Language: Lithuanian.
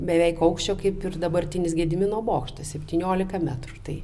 beveik aukščio kaip ir dabartinis gedimino bokštas septyniolika metrų tai